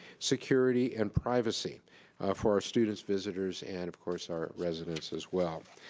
security, and privacy for our students, visitors and of course, our residents as well.